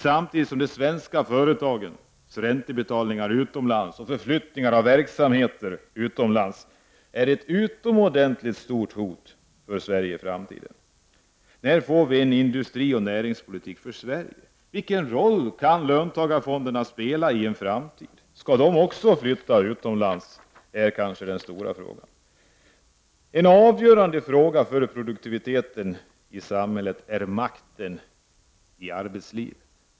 Samtidigt är de svenska företagens räntebetalningar utomlands och förflyttningen av verksamheter utomlands ett utomordentligt stort hot för Sverige i framtiden. När får vi en industrioch näringspolitik för Sverige? Vilken roll kan löntagarfon = Prot. 1989/90:86 derna spela i en framtid? Skall de också flytta utomlands? 15 mars 1990 En avgörande fråga för produktiviteten i samhället är makten i arbetslivet.